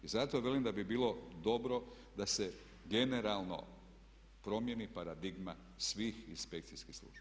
I zato velim da bi bilo dobro da se generalno promijeni paradigma svih inspekcijskih službi.